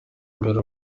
imbere